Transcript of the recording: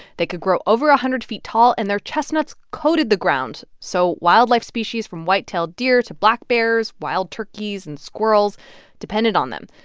they could grow over one ah hundred feet tall, and their chestnuts coated the ground. so wildlife species from white tailed deer to black bears, wild turkeys and squirrels depended on them.